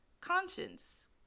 conscience